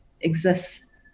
exists